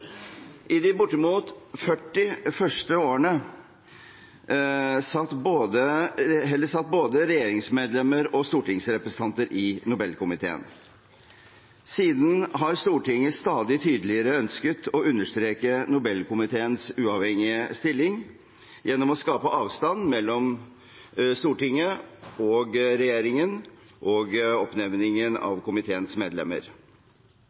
I de bortimot 40 første årene satt både regjeringsmedlemmer og stortingsrepresentanter i Nobelkomiteen. Siden har Stortinget stadig tydeligere ønsket å understreke Nobelkomiteens uavhengige stilling gjennom å skape avstand mellom Stortinget og regjeringen og oppnevningen av komiteens medlemmer.